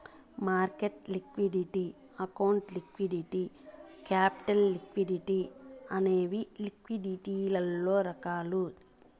market liquidity account liquidity capital liquidity అనేవి లిక్విడిటీలలో రకాలు